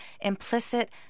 Implicit